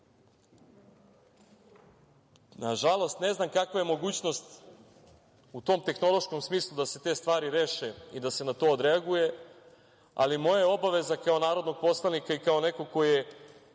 devojčica. Nažalost, ne znam kakva je mogućnost u tom tehnološkom smislu da se te stvari reše i da se na to odreaguje, ali moja je obaveza kao narodnog poslanika i kao nekog ko je